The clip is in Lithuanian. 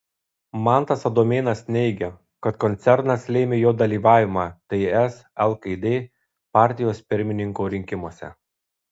mantas adomėnas neigia kad koncernas lėmė jo dalyvavimą ts lkd partijos pirmininko rinkimuose